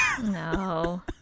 No